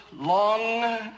long